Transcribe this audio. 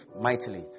mightily